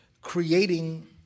creating